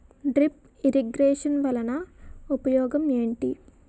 drip irrigation వలన ఉపయోగం ఏంటి